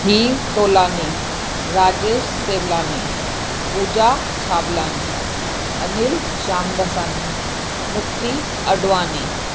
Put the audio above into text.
Heer Tolani Rajesh Sevlani Pooja Chhablani Anil Shamdasani Mukti Advani